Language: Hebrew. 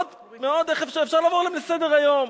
אפשר לעבור עליהם לסדר-היום.